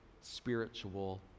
spiritual